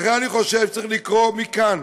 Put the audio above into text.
לכן אני חושב שצריך לקרוא מכאן